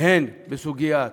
הן בסוגיית